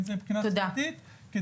אם זה מבחינה שפתית,